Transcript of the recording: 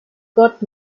gott